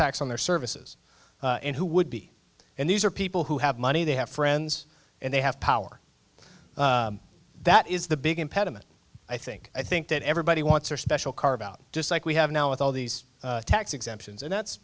tax on their services and who would be and these are people who have money they have friends and they have power that is the big impediment i think i think that everybody wants their special carve out just like we have now with all these tax exemptions and that's